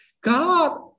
God